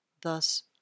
Thus